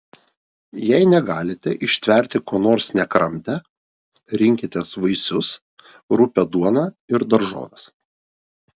jei negalite ištverti ko nors nekramtę rinkitės vaisius rupią duoną ir daržoves